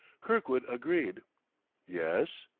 kirkwood agreed yes?